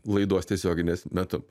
laidos tiesioginės metu